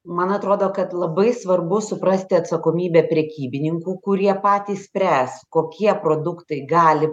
man atrodo kad labai svarbu suprasti atsakomybę prekybininkų kurie patys spręs kokie produktai gali